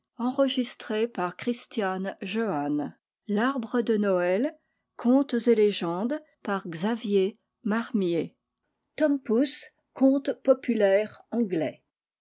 céleste tom pouce conte populaire anglais